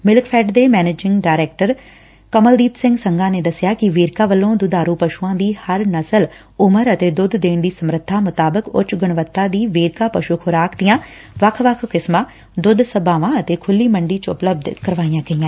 Milkfed ਦੇ managing director Kamaldeep Singh Sangha ਨੇ ਦਸਿਆ ਕਿ ਵੇਰਕਾ ਵੱਲੋਂ ਦੁਧਾਰੁ ਪਸੁਆਂ ਦੀ ਹਰ ਨਸਲ ਉਮਰ ਅਤੇ ਦੁੱਧ ਦੇਣ ਦੀ ਸਮੱਰਬਾ ਮੁਤਾਬਿਕ ਉੱਚ ਗੁਣਵਤਾ ਦੀ ਵੇਰਕਾ ਪਸ੍ਸ ਖੁਰਾਕ ਦੀਆਂ ਵੱਖ ਵੱਖ ਕਿਸਮਾਂ ਦੁੱਧ ਸਭਾਵਾਂ ਅਤੇ ਖੁੱਲੀ ਮੰਡੀ ਚ ਉਪਲਬੱਧ ਕਰਵਾਈਆਂ ਗਈਆਂ